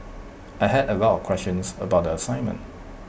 I had A lot of questions about the assignment